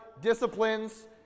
disciplines